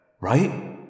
Right